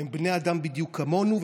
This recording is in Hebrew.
הם בני אדם בדיוק כמונו.